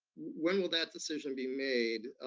when will that decision be made?